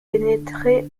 pénétrer